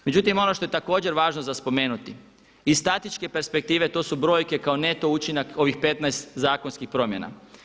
Međutim ono što je također važno za spomenuti, iz statičke perspektive to su brojke kao neto učinak ovih 15 zakonskih promjena.